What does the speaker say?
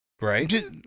right